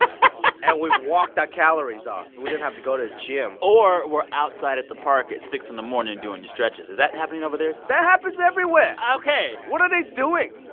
ah and we walked our calories off. we didn't have to go to the gym or we're outside at the park at six in the morning and doing your stretches. is that happening over there? that happens everywhere ok what are they doing?